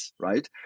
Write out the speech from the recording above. right